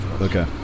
Okay